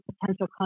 potential